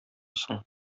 соң